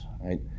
Right